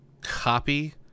copy